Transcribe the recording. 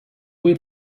بوی